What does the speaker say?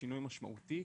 שינוי משמעותי.